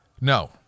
No